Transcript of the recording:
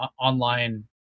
online